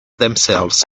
themselves